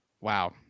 Wow